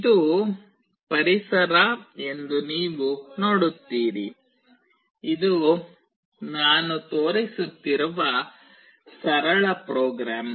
ಇದು ಪರಿಸರ ಎಂದು ನೀವು ನೋಡುತ್ತೀರಿ ಇದು ನಾನು ತೋರಿಸುತ್ತಿರುವ ಸರಳ ಪ್ರೋಗ್ರಾಮ್